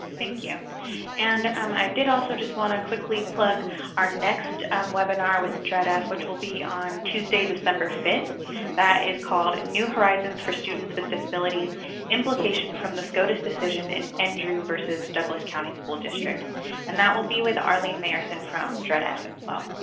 thank you and um i did also just want to quickly plug our next um webinar with dredf which will be on tuesday december fifth that is called new horizons for students with disabilities implication from the scotus decision in endru versus douglas county school district and that will be with arlene mayerson from dredf as well